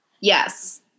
Yes